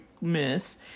miss